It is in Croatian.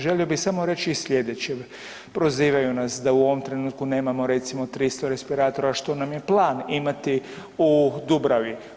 Želio bi samo reći slijedeće, prozivaju nas da u ovom trenutku nemamo recimo 300 respiratora što nam je plan imati u Dubravi.